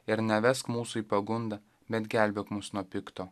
ir nevesk mūsų į pagundą bet gelbėk mus nuo pikto